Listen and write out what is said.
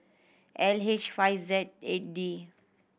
L H five Z eight D